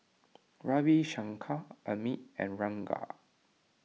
Ravi Shankar Amit and Ranga